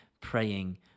praying